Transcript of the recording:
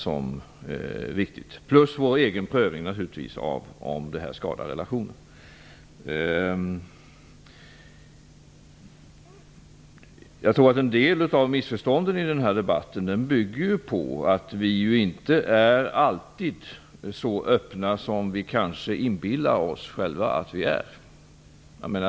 Vi måste naturligtvis också göra vår egen prövning av om offentligheten skadar relationen. Jag tror att en del av missförstånden i denna debatt bygger på att vi inte alltid är så öppna som vi kanske själva inbillar oss att vi är.